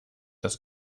das